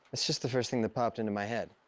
it's just the first thing that popped into my head.